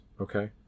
Okay